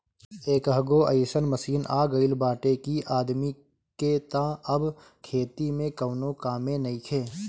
एकहगो अइसन मशीन आ गईल बाटे कि आदमी के तअ अब खेती में कवनो कामे नइखे